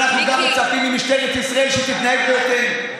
אנחנו גם מצפים ממשטרת ישראל שתתנהג בהתאם.